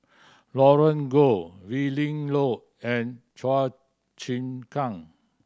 Roland Goh Willin Low and Chua Chim Kang